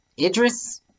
Idris